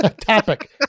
topic